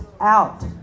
out